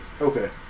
Okay